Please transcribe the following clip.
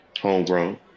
Homegrown